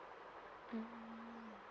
mm